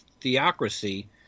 theocracy